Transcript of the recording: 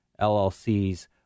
LLCs